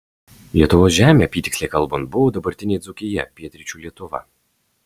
lietuvos žemė apytiksliai kalbant buvo dabartinė dzūkija pietryčių lietuva